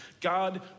God